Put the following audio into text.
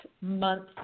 month